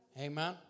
Amen